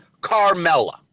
Carmella